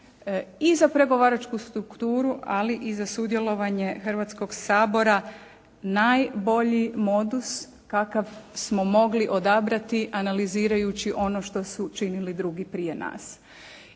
i za pregovaračku strukturu, ali i za sudjelovanje Hrvatskog sabora najbolji modus kakav smo mogli odabrati analizirajući ono što su učinili drugi prije nas.